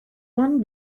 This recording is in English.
one